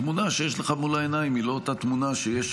התמונה שיש לך מול העיניים היא לא אותה תמונה שיש